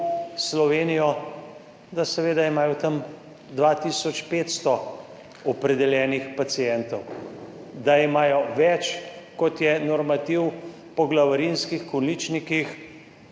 Slovenijo, da seveda imajo tam dva tisoč 500 opredeljenih pacientov, da imajo več, kot je normativ po glavarinskih količnikih,